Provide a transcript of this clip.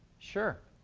sure.